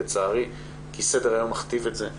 לצערי כי סדר-היום מכתיב את זה,